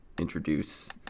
introduce